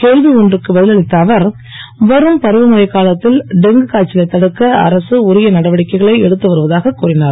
கேள்வி ஒன்றுக்கு பதில் அளித்த அவர் வரும் பருவமழைக் காலத்தில் டெய்கு காய்ச்சலைத் தடுக்க அரசு உரிய நடவடிக்கைகளை எடுத்து வருவதாகக் கூறினார்